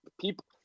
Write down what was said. people